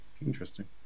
Interesting